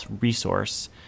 resource